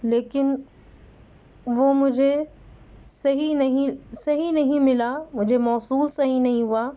لیکن وہ مجھے صحیح نہیں صحیح نہیں ملا مجھے موصول صحیح نہیں ہوا